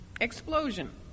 explosion